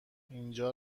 اینجا